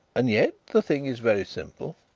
and yet the thing is very simple.